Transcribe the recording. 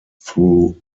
through